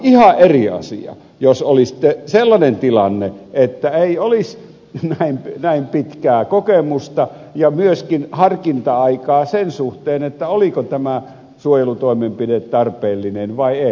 ihan eri asia jos olisi sellainen tilanne että ei olisi näin pitkää kokemusta ja myöskään harkinta aikaa sen suhteen oliko tämä suojelutoimenpide tarpeellinen vai ei